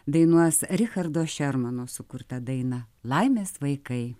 dainuos richardo šermano sukurtą dainą laimės vaikai